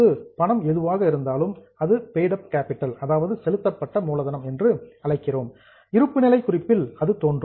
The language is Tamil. ஆனால் அவர்கள் செலுத்திய பணம் எதுவாக இருந்தாலும் அது பெய்டு அப் கேப்பிட்டல் செலுத்தப்பட்ட மூலதனம் என்று அழைக்கப்படுகிறது இருப்புநிலை குறிப்பில் அது தோன்றும்